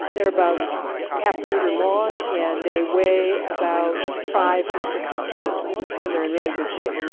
they're about half a metre long and they weigh about five to six kilos when they're in really good shape.